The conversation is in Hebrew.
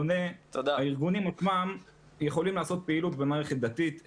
הארגונים עצמם יכולים לעשות פעילות במערכת דתית,